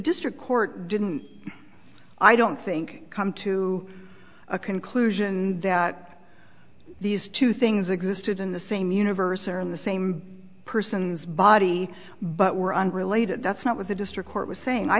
district court didn't i don't think come to a conclusion that these two things existed in the same universe or in the same person's body but were unrelated that's not was the district court was saying i